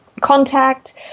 contact